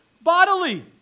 bodily